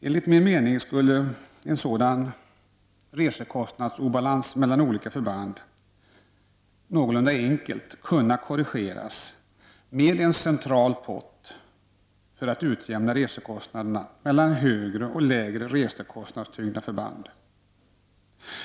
Enligt min mening skulle denna resekostnadsobalans mellan olika förband kunna korrigeras någorlunda enkelt genom en central pott för att utjämna resekostnaderna mellan förband med högre resp. lägre resekostnader.